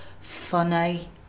funny